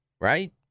right